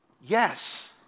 Yes